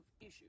issue